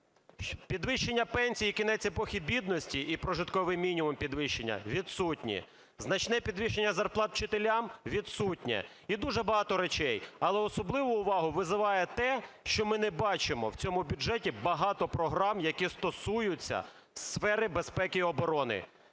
Підвищення пенсій і кінець епохи бідності і прожитковий мінімум підвищення відсутні. Значне підвищення зарплат вчителям відсутнє. І дуже багато речей. Але особливу увагу визиває те, що ми не бачимо в цьому бюджеті багато програм, які стосуються сфери безпеки і оборони.